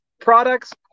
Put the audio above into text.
products